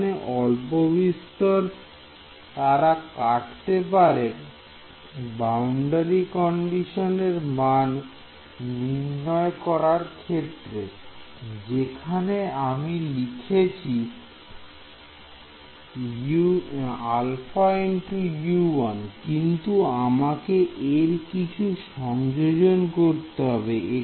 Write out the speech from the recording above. এখানে অল্পবিস্তর তারা কাটতে পারে বাউন্ডারি কন্ডিশনের মান নির্ণয় করার ক্ষেত্রে যেখানে আমি লিখেছি α × U1 কিন্তু আমাকে এর কিছু সংযোজন করতে হবে